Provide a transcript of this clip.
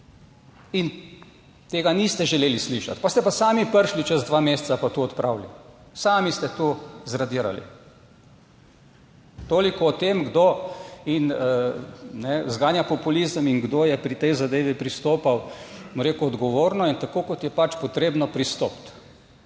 In tega niste želeli slišati, pa ste pa sami prišli čez dva meseca pa to odpravili, sami ste to zradirali. Toliko o tem kdo zganja populizem in kdo je pri tej zadevi pristopal, bom rekel, odgovorno in tako kot je pač potrebno pristopiti.